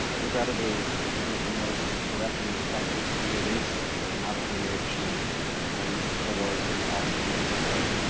and regrettably, some of the most directly-affected communities, the navajo nation and pueblos across new mexico,